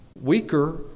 Weaker